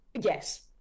Yes